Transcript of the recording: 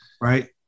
right